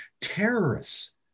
terrorists